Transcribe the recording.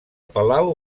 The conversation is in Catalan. palau